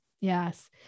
Yes